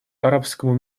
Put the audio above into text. арабскому